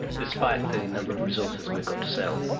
despite the number of resources we've got to sell?